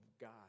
God